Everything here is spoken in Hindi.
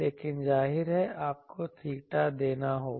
लेकिन जाहिर है आपको theta देना होगा